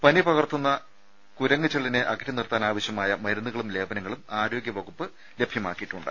പനി പകർത്തുന്ന കുരങ്ങുചെള്ളിനെ അകറ്റി നിർത്താൻ ആവശ്യമായ മരുന്നുകളും ലേപനങ്ങളും ആരോഗ്യവകുപ്പ് ലഭ്യ മാക്കിയിട്ടുണ്ട്